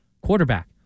quarterback